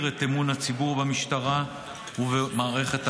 את אמון הציבור במשטרה ומערכת המשפט.